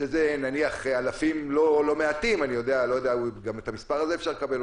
שזה נניח אלפים לא מעטים גם את המספר הזה אפשר לקבל,